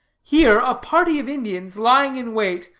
here a party of indians, lying in wait,